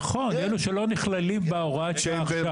נכון, אלה שלא נכללים בהוראת שעה עכשיו.